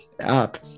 up